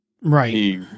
Right